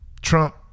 Trump